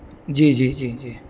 جی جی جی جی